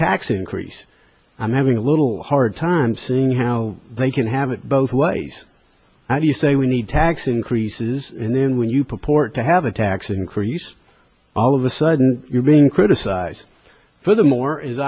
tax increase i'm having a little hard time seeing how they can have it both ways how do you say we need tax increases and then when you purport to have a tax increase all of a sudden you're being criticized for them or as